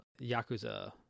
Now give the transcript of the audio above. Yakuza